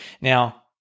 Now